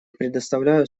предоставляю